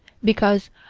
because,